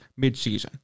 midseason